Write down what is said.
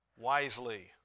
wisely